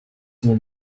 will